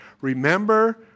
remember